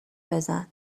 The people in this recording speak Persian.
بزن